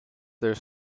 there